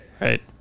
Right